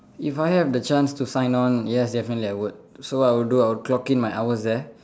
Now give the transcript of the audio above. if I have the chance to sign on yes definitely I would so what I would do I would clock in my hours there